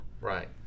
Right